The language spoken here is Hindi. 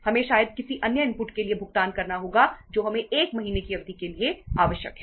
हमें शायद किसी अन्य इनपुट के लिए भुगतान करना होगा जो हमें 1 महीने की अवधि के लिए आवश्यक है